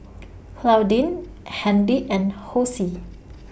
Claudine Handy and Hosie